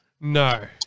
no